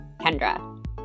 Kendra